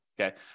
okay